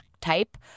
type